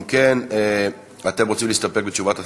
אם כן, אתם רוצים להסתפק בתשובת השרה?